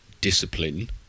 discipline